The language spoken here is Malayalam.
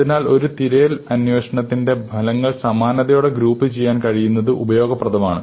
അതിനാൽ ഒരു തിരയൽ അന്വേഷണത്തിന്റെ ഫലങ്ങൾ സമാനതയോടെ ഗ്രൂപ്പുചെയ്യാൻ കഴിയുന്നത് ഉപയോഗപ്രദമാണ്